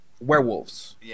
Werewolves